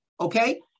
okay